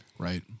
Right